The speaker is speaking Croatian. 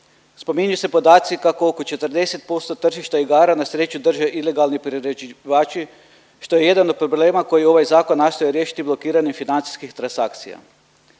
Spominju se podaci kako oko 40% tržišta igara na sreću drže ilegalni priređivači, što je jedan od problema koji ovaj Zakon nastoji riješiti blokiranje financijskih transakcija.